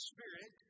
Spirit